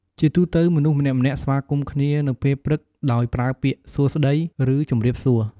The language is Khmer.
ជាទូទៅ មនុស្សម្នាក់ៗស្វាគមន៍គ្នានៅពេលព្រឹកដោយប្រើពាក្យ "សួស្តី" ឬ "ជំរាបសួរ"។